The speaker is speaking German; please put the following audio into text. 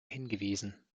hingewiesen